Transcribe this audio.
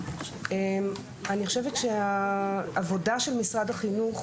אני חושבת שהעבודה של משרד החינוך,